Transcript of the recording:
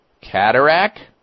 cataract